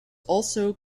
also